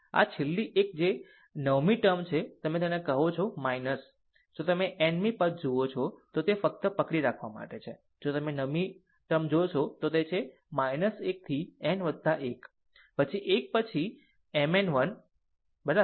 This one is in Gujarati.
આ છેલ્લી એક કે જે નવમી ટર્મ છે તે તમે તેને કહો છો જો તમે n મી પદ જુઓ છો તો તે ફક્ત પકડી રાખવા માટે છે જો તમે નવમી ટર્મ જોશો તો તે છે 1 થી n 1 પછી એક 1 પછી Mn 1 બરાબર